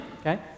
okay